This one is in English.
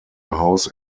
house